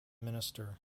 minister